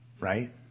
right